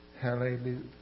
Hallelujah